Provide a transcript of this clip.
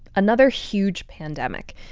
another huge pandemic.